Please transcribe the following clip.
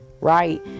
right